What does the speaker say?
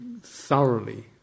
thoroughly